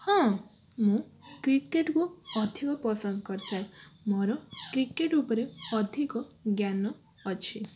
ହଁ ମୁଁ କ୍ରିକେଟକୁ ଅଧିକ ପସନ୍ଦ କରିଥାଏ ମୋର କ୍ରିକେଟ ଉପରେ ଅଧିକ ଜ୍ଞାନ ଅଛି